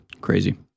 Crazy